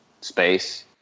space